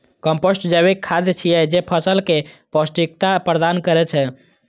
compost जैविक खाद छियै, जे फसल कें पौष्टिकता प्रदान करै छै